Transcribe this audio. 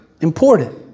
important